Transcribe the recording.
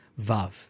vav